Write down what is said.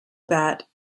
bat